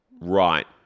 right